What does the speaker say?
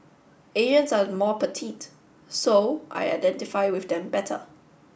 Asians are more petite so I identify with them better